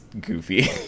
goofy